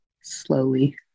slowly